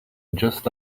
just